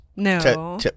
No